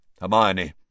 Hermione